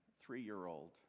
three-year-old